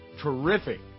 terrific